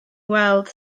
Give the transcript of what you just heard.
weld